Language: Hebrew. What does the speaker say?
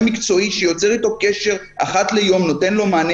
מקצועי שיוצר איתו קשר אחת ליום ונותן לו מענה.